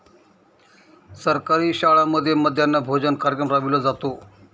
सरकारी शाळांमध्ये मध्यान्ह भोजन कार्यक्रम राबविला जातो